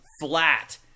flat